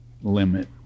limit